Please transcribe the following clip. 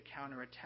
counterattack